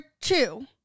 two